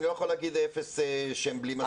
אני לא יכול להגיד אפס שהם בלי מסכות.